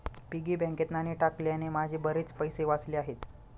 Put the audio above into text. piggy बँकेत नाणी टाकल्याने माझे बरेच पैसे वाचले आहेत